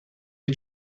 did